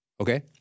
Okay